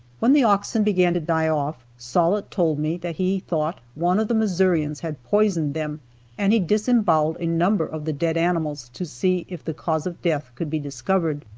when the oxen began to die off, sollitt told me that he thought one of the missourians had poisoned them and he disemboweled a number of the dead animals to see if the cause of death could be discovered.